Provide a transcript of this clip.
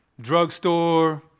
drugstore